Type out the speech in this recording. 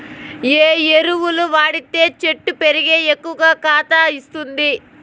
ఏ ఎరువులు వాడితే చెట్టు పెరిగి ఎక్కువగా కాత ఇస్తుంది?